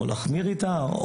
או להחמיר איתה,